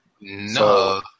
No